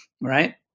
right